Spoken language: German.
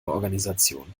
organisation